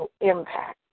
impact